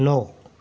नौ